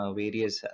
various